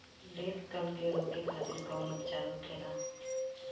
Leaf curl के रोके खातिर कउन उपचार होखेला?